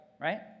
right